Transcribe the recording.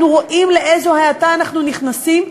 אנחנו רואים לאיזו האטה אנחנו נכנסים,